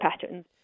patterns